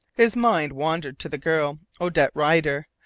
his mind wandered to the girl, odette rider.